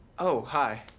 oh, hi.